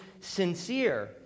sincere